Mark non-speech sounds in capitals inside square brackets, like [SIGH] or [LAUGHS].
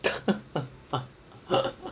[LAUGHS]